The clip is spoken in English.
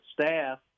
staff